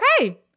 okay